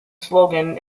slogan